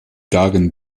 darin